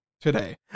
today